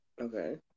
Okay